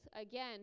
again